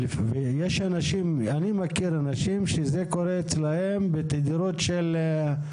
אני מכיר אנשים שזה קורה אצלם בתדירות של,